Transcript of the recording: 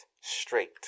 straight